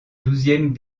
douzième